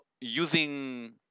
using